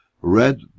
red